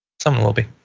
someone will be.